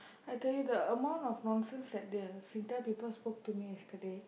I tell you the amount of nonsense that the Singtel people spoke me yesterday